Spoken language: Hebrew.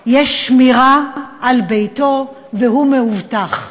יש שמירה על ביתו והוא מאובטח.